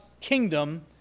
kingdom